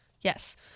Yes